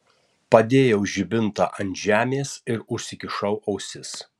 padėjau žibintą ant žemės ir užsikišau ausis